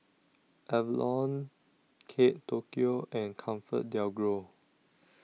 Avalon Kate Tokyo and ComfortDelGro